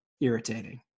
irritating